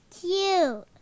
cute